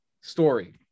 story